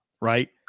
right